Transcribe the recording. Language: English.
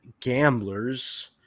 Gamblers